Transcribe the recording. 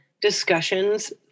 discussions